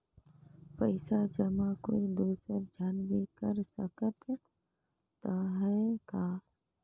पइसा जमा कोई दुसर झन भी कर सकत त ह का?